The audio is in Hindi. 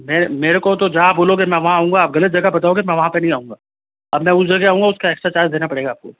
मेरे मेरे को तो जहाँ आप बोलोगे मैं वहाँ आऊँगा आप गलत जगह बताओगे तो मैं वहाँ नहीं आऊँगा अब मैं उस जगह आऊँगा उसका एक्स्ट्रा चार्ज देना पड़ेगा आपको